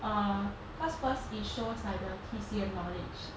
err cause first it shows like the T_C_M knowledge